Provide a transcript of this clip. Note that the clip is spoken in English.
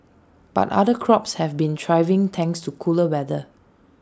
but other crops have been thriving thanks to cooler weather